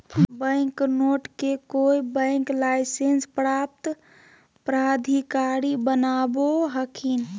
bank note के कोय bank license प्राप्त प्राधिकारी बनावो हखिन